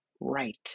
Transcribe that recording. right